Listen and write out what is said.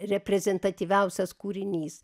reprezentatyviausias kūrinys